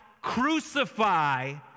crucify